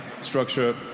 structure